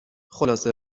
خلاصه